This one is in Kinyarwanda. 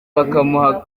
bakamuha